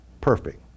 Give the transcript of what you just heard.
perfect